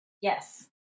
Yes